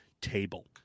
Table